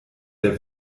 der